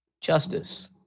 Justice